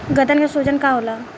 गदन के सूजन का होला?